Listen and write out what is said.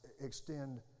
extend